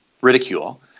ridicule